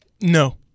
No